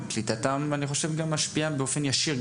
קליטתם משפיעה באופן ישיר,